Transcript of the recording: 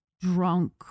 drunk